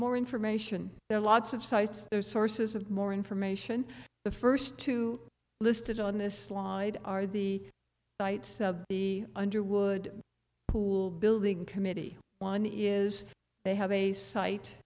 more information there are lots of sites there are sources of more information the first two listed on this slide are the night of the underwood pool building committee one is they have a site